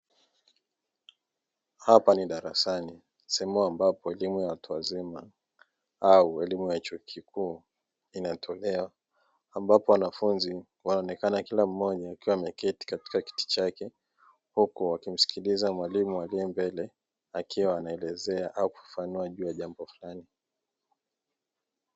Hapa ni darasani sehemu ambapo elimu ya watu wazima au elimu ya chuo kikuu inatolewa ambapo wanafunzi wanaonekana kila mmoja akiwa wameketi katika kiti chake, huku wakimsikiliza mwalimu aliye mbele akiwa anaelezea au kufafanua juu ya jambo fulani.